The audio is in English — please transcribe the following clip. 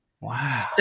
Wow